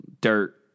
dirt